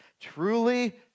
Truly